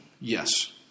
yes